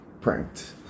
Pranked